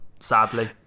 Sadly